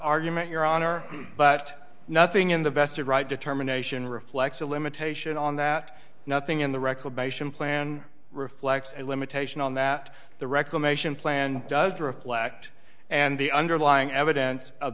argument your honor but nothing in the vested right determination reflects a limitation on that nothing in the reclamation plan reflects a limitation on that the reclamation plan does reflect and the underlying evidence of